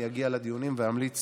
אני אגיע לדיונים ואמליץ